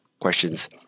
questions